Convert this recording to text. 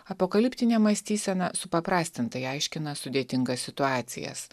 apokaliptinė mąstysena supaprastintai aiškina sudėtingas situacijas